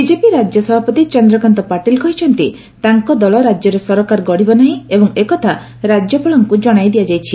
BJP ରାଜ୍ୟ ସଭାପତି ଚନ୍ଦ୍ରକାନ୍ତ ପାଟିଲ କହିଛନ୍ତି ତାଙ୍କ ଦଳ ରାଜ୍ୟରେ ସରକାର ଗଢ଼ିବ ନାହିଁ ଏବଂ ଏକଥା ରାଜ୍ୟପାଳଙ୍କୁ ଜଣାଇ ଦିଆଯାଇଛି